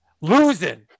losing